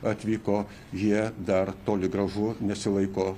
atvyko jie dar toli gražu nesilaiko